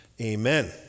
Amen